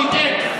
תשים x.